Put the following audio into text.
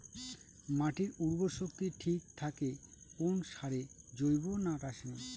মাটির উর্বর শক্তি ঠিক থাকে কোন সারে জৈব না রাসায়নিক?